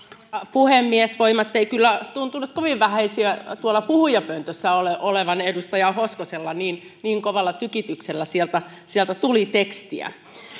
puhemies voimat eivät kyllä tuntuneet kovin vähäisiä tuolla puhujapöntössä olevan edustaja hoskosella niin niin kovalla tykityksellä sieltä sieltä tuli tekstiä